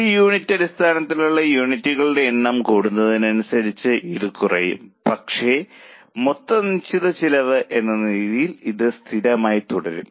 ഒരു യൂണിറ്റ് അടിസ്ഥാനത്തിൽ യൂണിറ്റുകളുടെ എണ്ണം കൂടുന്നതിനനുസരിച്ച് ഇത് കുറയും പക്ഷേ മൊത്തം നിശ്ചിത ചെലവ് എന്ന നിലയിൽ ഇത് സ്ഥിരമായി തുടരും